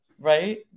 Right